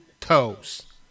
toes